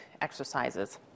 exercises